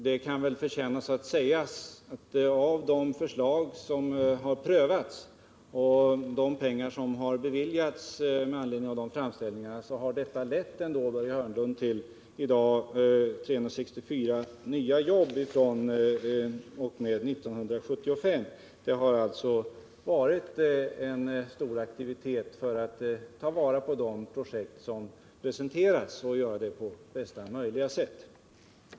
Det kan väl förtjäna sägas att de förslag som har prövats och de pengar som har beviljats med anledning av de framställningarna, Börje Hörnlund, har lett till 364 nya jobb fr.o.m. 1965 fram till i dag. Det har alltså varit en stor aktivitet för att ta vara på de projekt som presenterats och att göra det på bästa möjliga sätt.